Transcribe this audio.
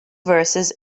verses